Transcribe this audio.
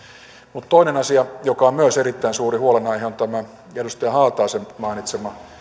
mutta toinen asia joka on myös erittäin suuri huolenaihe on tämä edustaja haataisen mainitsema